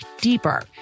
deeper